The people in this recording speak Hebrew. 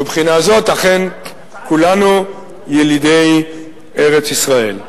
מבחינה זו אכן כולנו ילידי ארץ-ישראל.